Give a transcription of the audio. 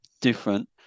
different